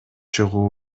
чыгуу